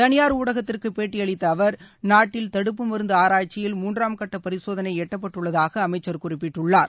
தனியார் ஊடகத்திற்கு பேட்டியளித்த அவர் நாட்டில் தடுப்பு மருந்து ஆராய்ச்சியில் மூன்றாம் கட்ட பரிசோதனை எட்டப்பட்டுள்ளதாக அமைச்சர் குறிப்பிட்டுள்ளார்